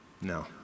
No